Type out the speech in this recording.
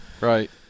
right